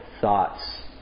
thoughts